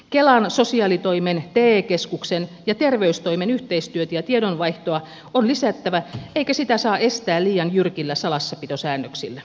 kelan sosiaalitoimen te keskuksen ja terveystoimen yhteistyötä ja tiedonvaihtoa on lisättävä eikä sitä saa estää liian jyrkillä salassapitosäännöksillä